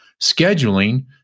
scheduling